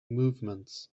movements